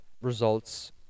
results